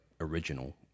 original